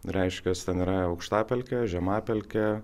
reiškiasi ten yra aukštapelke žemapelke